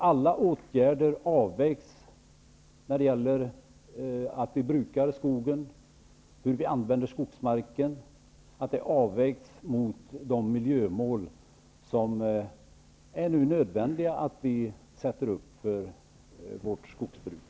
Alla åtgärder när det gäller att bruka skogen, att använda skogsmarken, skall avvägas mot detta miljömål, som det nu är nödvändigt att sätta upp för skogsbruket.